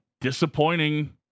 Disappointing